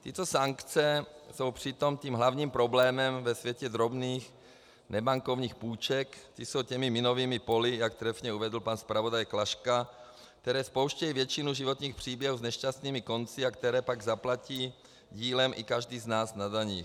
Tyto sankce jsou přitom tím hlavním problémem ve světě drobných nebankovních půjček, ty jsou těmi minovými poli, jak trefně uvedl pan zpravodaj Klaška, které spouštějí většinu životních příběhů s nešťastnými konci a které pak zaplatí dílem i každý z nás na daních.